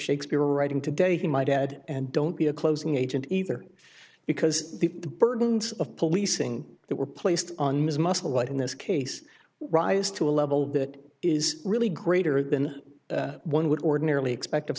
shakespeare were writing today to my dad and don't be a closing agent either because the burdens of policing that were placed on ms musselwhite in this case wise to a level that is really greater than one would ordinarily expect of